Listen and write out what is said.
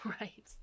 Right